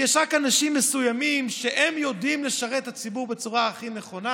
רק אנשים מסוימים יודעים לשרת את הציבור בצורה הכי נכונה.